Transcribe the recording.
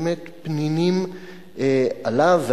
באמת, פנינים, עליו,